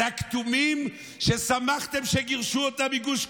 זה הכתומים ששמחתם שגירשו אותם מגוש קטיף?